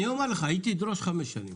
אני אומר לך, היא תדרוש חמש שנים.